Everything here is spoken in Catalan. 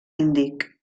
índic